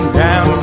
down